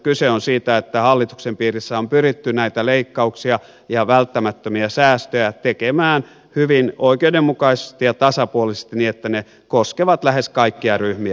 kyse on siitä että hallituksen piirissä on pyritty näitä leikkauksia ja välttämättömiä säästöjä tekemään hyvin oikeudenmukaisesti ja tasapuolisesti niin että ne koskevat lähes kaikkia ryhmiä